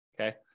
okay